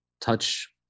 touch